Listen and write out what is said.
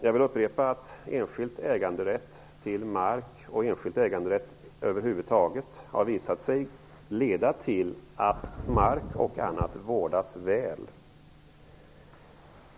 Jag vill upprepa att enskild äganderätt både vad gäller mark och i övrigt har visat sig leda till att marken och det andra ägda vårdas väl.